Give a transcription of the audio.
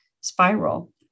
spiral